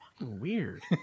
Weird